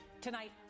Tonight